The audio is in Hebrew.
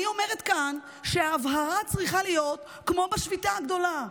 אני אומרת כאן שההבהרה צריכה להיות כמו בשביתה הגדולה: